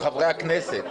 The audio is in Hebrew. על חברי הכנסת,